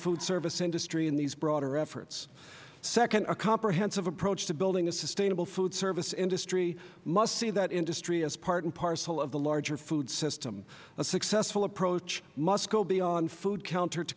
food service industry in these broader efforts second a comprehensive approach to building a sustainable food service industry must see that industry as part and parcel of the larger food system a successful approach must go beyond food counter to